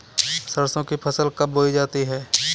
सरसों की फसल कब बोई जाती है?